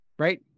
Right